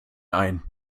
ein